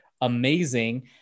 amazing